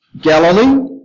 Galilee